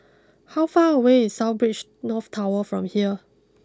how far away is South Beach North Tower from here